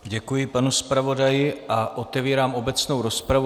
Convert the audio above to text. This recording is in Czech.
Děkuji panu zpravodaji a otevírám obecnou rozpravu.